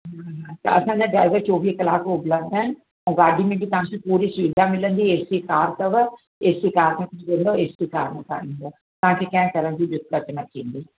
हम्म असांजा ड्राइवर चोवीह कलाक उपलब्धु आहिनि ऐं गाॾी मुंहिंजी तव्हांखे पूरी सुविधा मिलंदी ए सी कार अथव ए सी कार में वेंदौ ऐं ए सी कार में तव्हां ईंदौ तव्हांखे कंहिं तरह जी दिक़तु न थींदी